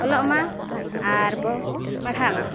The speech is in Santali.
ᱚᱞᱚᱜ ᱢᱟ ᱟᱨ ᱵᱚᱱ ᱯᱟᱲᱦᱟᱜ ᱢᱟ